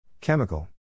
Chemical